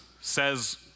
says